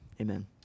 amen